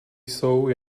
jsou